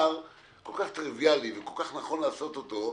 כל כך טריוויאלי וכל כך נכון לעשות אותו,